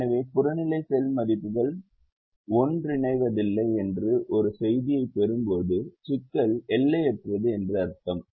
எனவே புறநிலை செல் மதிப்புகள் ஒன்றிணைவதில்லை என்று ஒரு செய்தியைப் பெறும்போது சிக்கல் எல்லையற்றது என்று அர்த்தம்